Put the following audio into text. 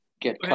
get